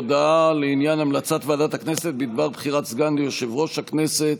הודעה על המלצת ועדת הכנסת בדבר בחירת סגן ליושב-ראש הכנסת,